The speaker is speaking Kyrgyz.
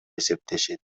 эсептешет